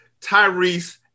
Tyrese